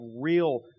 real